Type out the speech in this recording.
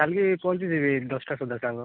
କାଲିକି ପହଞ୍ଚିଯିବି ଦଶଟା ସୁଧା ସାଙ୍ଗ